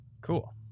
cool